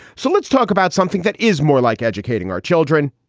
so let's talk about something that is more like educating our children,